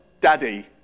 Daddy